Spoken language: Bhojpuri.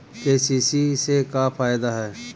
के.सी.सी से का फायदा ह?